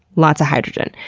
lots of hydrogen.